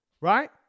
right